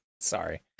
Sorry